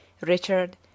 Richard